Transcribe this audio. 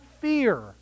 fear